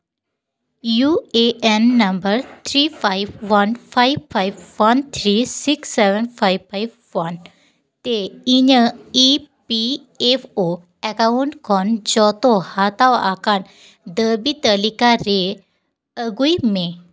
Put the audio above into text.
U A N number three five one five five one three six seven five five one ᱛᱮ ᱤᱧᱟᱹᱜ E P F O account ᱠᱷᱚᱱ ᱡᱚᱛᱚ ᱦᱟᱛᱟᱣ ᱟᱠᱟᱱ ᱫᱟᱹᱵᱤ ᱛᱟᱹᱞᱤᱠᱟ ᱨᱮ ᱟᱹᱜᱩᱭ ᱢᱮ